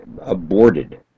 aborted